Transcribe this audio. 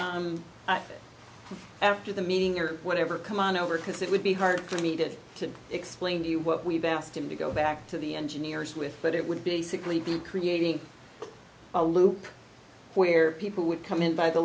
until after the meeting or whatever come on over because it would be hard for me to try to explain to you what we've asked him to go back to the engineers with but it would basically be creating a loop where people would come in by the